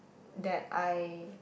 that I